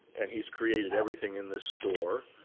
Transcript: and he's created everything in this store.